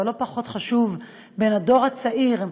אבל לא פחות חשוב: עם הדור הצעיר.